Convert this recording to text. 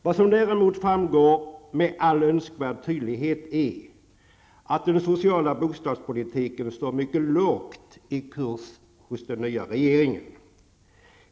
Vad som däremot framgår med all önskvärd tydlighet är att den sociala bostadspolitiken står mycket lågt i kurs hos den nya regeringen.